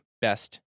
Best